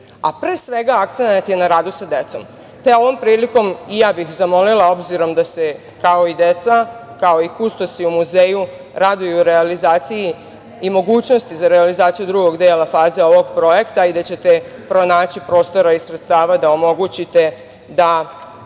a pre svega akcenat je na radu sa decom, te ovom prilikom i ja bih zamolila, obzirom da se kao i deca, kao i kustosi u muzeju, raduju realizaciji i mogućnosti za realizaciju drugog dela faze ovog projekta i da ćete pronaći prostora i sredstava da omogućite da